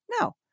No